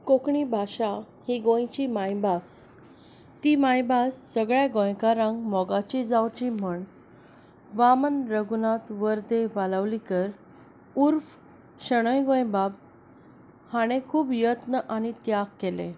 कोंकणी भाशा ही गोंयची मायभास ती मायभास सगळ्या गोंयकारांक मोगाचीं जावची म्हूण वामन रघुनाथ वर्दे वालावलीकर उर्फ शणै गोंयबाब हाणें खूब यत्न आनी त्याग केले